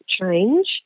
change